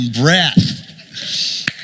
breath